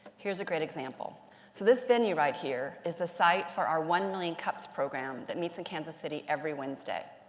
here's a great example. so this venue right here is the site for our one million cups program that meets in kansas city every wednesday.